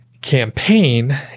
campaign